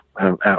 out